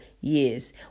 years